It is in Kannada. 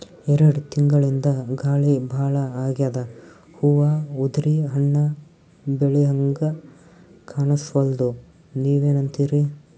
ಎರೆಡ್ ತಿಂಗಳಿಂದ ಗಾಳಿ ಭಾಳ ಆಗ್ಯಾದ, ಹೂವ ಉದ್ರಿ ಹಣ್ಣ ಬೆಳಿಹಂಗ ಕಾಣಸ್ವಲ್ತು, ನೀವೆನಂತಿರಿ?